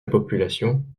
population